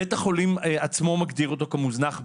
בית החולים עצמו מגדיר אותו כמוזנח בישראל,